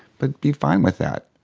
but be fine with that.